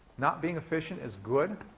not being efficient is good?